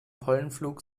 pollenflug